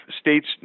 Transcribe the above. states